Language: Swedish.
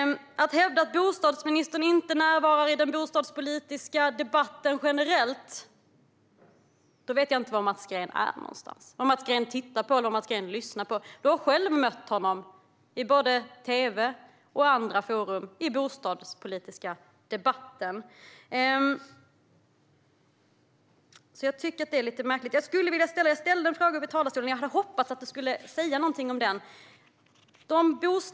Mats Green hävdar att bostadsministern inte närvarar i den bostadspolitiska debatten generellt, men då vet jag inte var Mats Green är någonstans, vad han tittar på eller vad han lyssnar på. Du har själv mött honom i både tv och andra forum i den bostadspolitiska debatten. Jag skulle vilja ställa samma fråga som jag ställde i talarstolen, och jag hade hoppats att du skulle säga någonting om den, Mats Green.